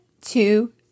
two